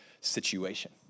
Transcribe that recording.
situation